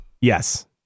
Yes